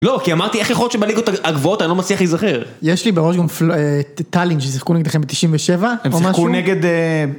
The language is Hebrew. לא, כי אמרתי, איך יכול שבליגות הגבוהות אני לא מצליח להיזכר? יש לי בראש גם טלין ששיחקו נגדכם ב-97. הם שיחקו נגד...